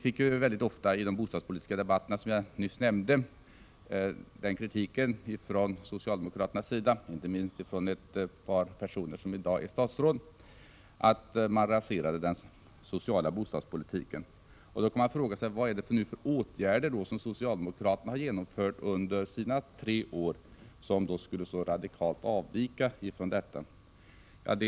I de bostadspolitiska debatterna fick vi, som jag nyss nämnde, från socialdemokraternas sida — inte minst från ett par personer som i dag är statsråd — ofta kritik för att vi raserade den sociala bostadspolitiken. Man kan nu fråga sig vilka åtgärder socialdemokraterna har vidtagit under sina tre år som så radikalt skulle avvika från den politik vi förde.